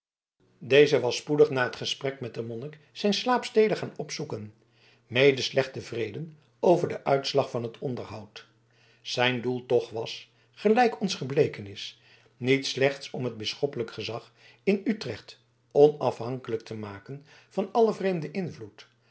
deze was spoedig na het gesprek met den monnik zijn slaapstede gaan opzoeken mede slecht tevreden over den uitslag van het onderhoud zijn doel toch was gelijk ons gebleken is niet slechts om het bisschoppelijk gezag in utrecht onafhankelijk te maken van allen vreemden invloed